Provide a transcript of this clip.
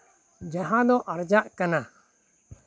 ᱡᱟᱦᱟᱸ ᱫᱚ ᱟᱨᱡᱟᱜ ᱠᱟᱱᱟ